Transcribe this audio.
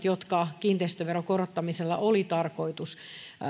jotka kiinteistöveron korottamisella oli tarkoitus